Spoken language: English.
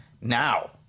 Now